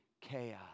chaos